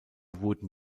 wurden